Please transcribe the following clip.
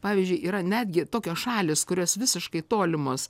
pavyzdžiui yra netgi tokios šalys kurios visiškai tolimos